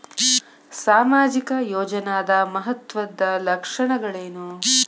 ಸಾಮಾಜಿಕ ಯೋಜನಾದ ಮಹತ್ವದ್ದ ಲಕ್ಷಣಗಳೇನು?